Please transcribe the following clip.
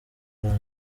ikaze